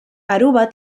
aruba